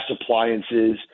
appliances